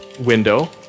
window